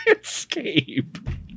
escape